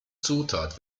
zutat